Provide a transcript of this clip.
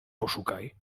poszukaj